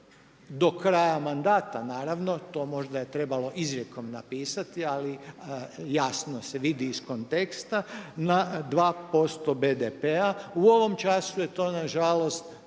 do kraja mandata naravno, to je možda trebalo izrijekom napisati, ali jasno se vidi iz konteksta, na 2% BDP-a. U ovom času je to nažalost